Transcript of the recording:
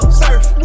surf